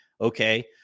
Okay